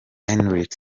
enric